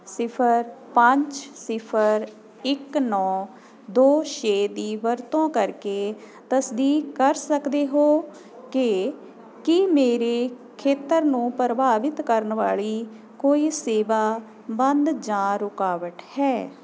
ਸਿਫ਼ਰ ਪੰਜ ਸਿਫ਼ਰ ਇੱਕ ਨੌਂ ਦੋ ਛੇ ਦੀ ਵਰਤੋਂ ਕਰਕੇ ਤਸਦੀਕ ਕਰ ਸਕਦੇ ਹੋ ਕਿ ਕੀ ਮੇਰੇ ਖੇਤਰ ਨੂੰ ਪ੍ਰਭਾਵਿਤ ਕਰਨ ਵਾਲੀ ਕੋਈ ਸੇਵਾ ਬੰਦ ਜਾਂ ਰੁਕਾਵਟ ਹੈ